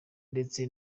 ndetse